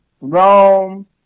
Rome